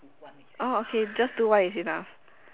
orh okay just do one is enough